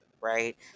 right